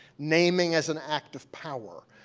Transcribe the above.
naming as an act of power.